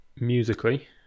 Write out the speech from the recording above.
musically